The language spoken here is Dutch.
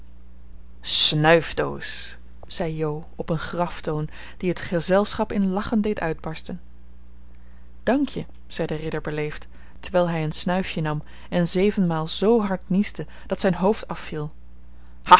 een snuifdoos zei jo op een graftoon die het gezelschap in lachen deed uitbartsen dank je zei de ridder beleefd terwijl hij een snuifje nam en zevenmaal z hard niesde dat zijn hoofd afviel